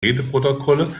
redeprotokolle